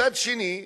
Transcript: מצד שני,